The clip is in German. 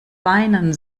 weinen